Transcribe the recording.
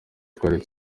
twari